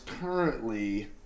currently